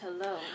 hello